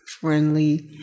friendly